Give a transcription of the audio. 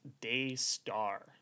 Daystar